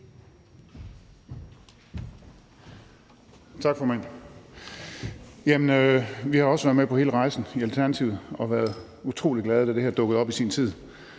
Tak, formand. Vi har også været med på hele rejsen i Alternativet og været utrolig glade, da det her dukkede op i sin tid,